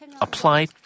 apply